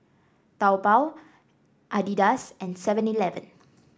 Taobao Adidas and Seven Eleven